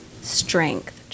strength